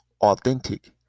authentic